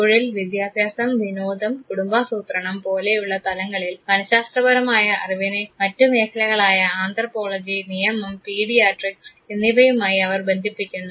തൊഴിൽ വിദ്യാഭ്യാസം വിനോദം കുടുംബാസൂത്രണം പോലെയുള്ള തലങ്ങളിൽ മനശാസ്ത്രപരമായ അറിവിനെ മറ്റ് മേഖലകളായ ആന്ത്രപ്പോളജി നിയമം പീഡിയാട്രിക്സ് എന്നിവയുമായി അവർ ബന്ധിപ്പിക്കുന്നു